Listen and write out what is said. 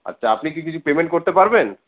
আচ্ছা আপনি কি কিছু পেমেন্ট করতে পারবেন